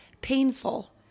painful